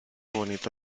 bonito